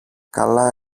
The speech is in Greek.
καλά